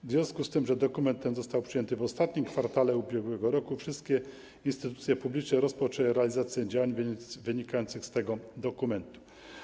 W związku z tym, że dokument ten został przyjęty w ostatnim kwartale ub.r., wszystkie instytucje publiczne rozpoczęły realizację działań wynikających z tego dokumentu.